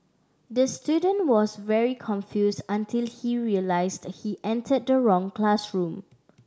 the student was very confused until he realised he entered the wrong classroom